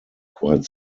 quite